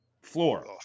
floor